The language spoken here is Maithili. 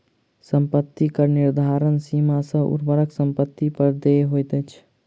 सम्पत्ति कर निर्धारित सीमा सॅ ऊपरक सम्पत्ति पर देय होइत छै